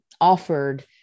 offered